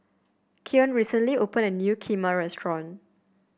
Keon recently opened a new Kheema restaurant